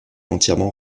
entièrement